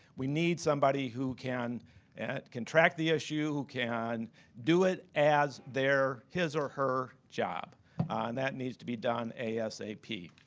we need somebody who can contract the issue, who can do it as their, his or her job. and that needs to be done asap.